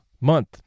month